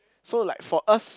so like for us